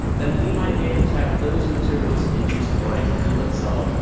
then we might be able to have those materials induce the body to heal itself.